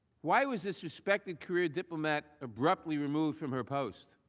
why was this respected career diplomat abruptly removed from her post?